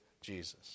Jesus